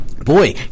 Boy